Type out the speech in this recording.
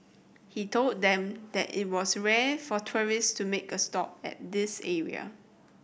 he told them that it was rare for tourists to make a stop at this area